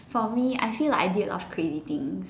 for me I feel like I did a lot of crazy things